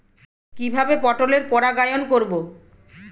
কিভাবে পটলের পরাগায়ন করব?